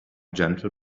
gentle